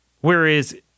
whereas